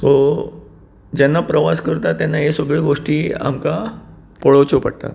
so जेन्ना प्रवास करता तेन्ना हे सगळें गोश्टी आमकां पळोवच्यो पडटा